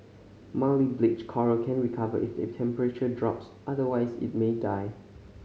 mildly bleached coral can recover if the temperature drops otherwise it may die